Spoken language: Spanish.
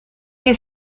que